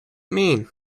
mean